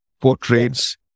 portraits